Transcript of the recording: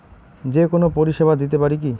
যে কোনো পরিষেবা দিতে পারি কি?